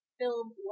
film